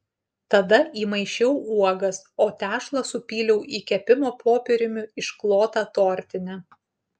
tada įmaišiau uogas o tešlą supyliau į kepimo popieriumi išklotą tortinę